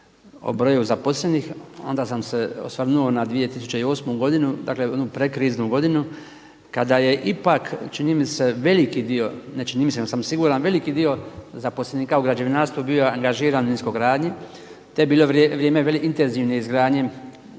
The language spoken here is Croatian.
o broju zaposlenih onda sam se osvrnuo na 2008. godinu, dakle onu prekriznu godinu kada je ipak čini mi se veliki dio, ne čini mi se, nego sam siguran veliki dio zaposlenika u građevinarstvu bio angažiran u niskogradnji, te je bilo vrijeme intenzivne izgradnje